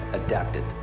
adapted